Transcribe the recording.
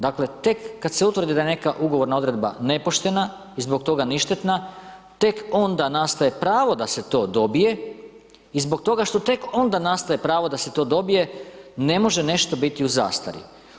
Dakle, tek kad se utvrdi da je neka ugovorna odredba nepoštena i zbog toga ništetna, tek onda nastaje pravo da se to dobije i zbog toga što tek onda nastaje pravo da se to dobije ne može nešto biti u zastari.